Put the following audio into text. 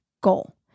goal